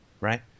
right